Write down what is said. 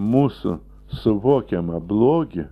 mūsų suvokiamą blogį